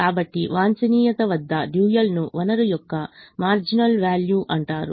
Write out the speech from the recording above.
కాబట్టి వాంఛనీయత వద్ద డ్యూయల్ ను వనరు యొక్క మారిజినల్ వ్యాల్యూ అంటారు